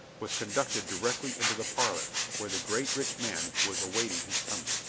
was conducted directly into the parlor, where the great rich man was awaiting his coming.